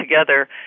together